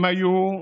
הם היו עצמאים,